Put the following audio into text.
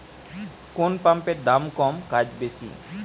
কোন পাম্পের দাম কম কাজ বেশি?